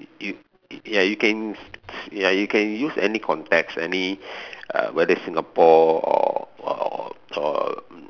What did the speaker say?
you ya you can ya you can use any context any uh whether is Singapore or or or